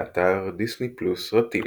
באתר דיסני+ סרטים